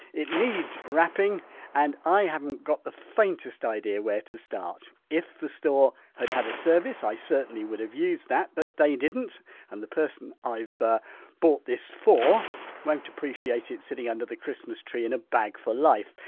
it needs wrapping and i haven't got the faintest idea where to start. if the store had had a service, i certainly would have used that but they didn't and the person i've bought this for won't appreciate it sitting under the christmas tree in a bag for life.